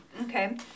Okay